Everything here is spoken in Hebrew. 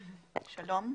שלום.